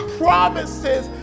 promises